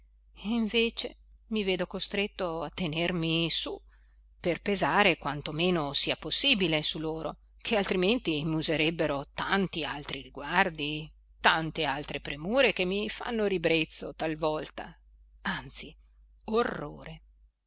viene invece mi vedo costretto a tenermi su per pesare quanto meno sia possibile su loro che altrimenti m'userebbero tanti altri riguardi tante altre premure che mi fanno ribrezzo talvolta anzi orrore